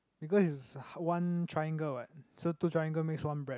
because is one triangle what so two triangle makes one bread